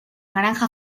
granja